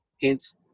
hence